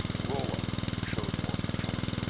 rolla showed more control.